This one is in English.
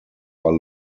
are